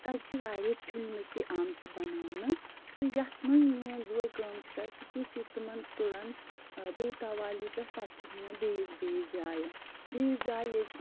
تَتہِ چھِ واریاہ فِلمہٕ تہِ آمٕژٕ بناونہٕ تہٕ یَتھ منٛز میٛون بوے کٲم چھُ کران سُہ کیٛاہ چھِ تِمَن تُلان بیتاب ویلی پٮ۪ٹھ پتہٕ چھُکھ نِوان بیٚیِس بیٚیِس جایہِ بیٚیِس جایہِ ییٚتہِ